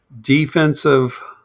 defensive